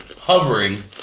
hovering